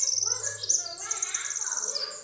we're looking for red apples. yeah.